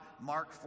Mark